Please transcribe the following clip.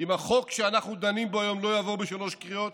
אם החוק שאנחנו דנים בו היום לא יעבור בשלוש קריאות